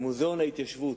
במוזיאון ההתיישבות.